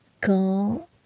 quand